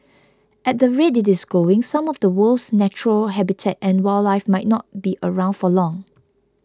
at the rate it is going some of the world's natural habitat and wildlife might not be around for long